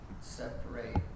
separate